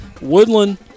Woodland